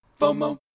FOMO